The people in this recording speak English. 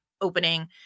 opening